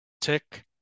Tick